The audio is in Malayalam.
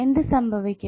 എന്ത് സംഭവിക്കും